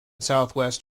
southwest